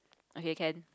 okay can